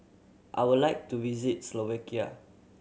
I would like to visit Slovakia